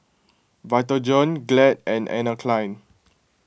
Vitagen Glad and Anne Klein